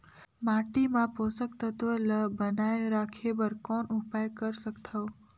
माटी मे पोषक तत्व ल बनाय राखे बर कौन उपाय कर सकथव?